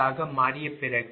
98 ஆக மாறிய பிறகு